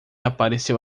apareceu